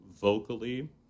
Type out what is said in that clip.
vocally